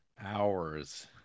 hours